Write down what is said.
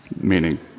meaning